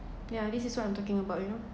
yeah this is what I'm talking about you know